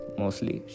mostly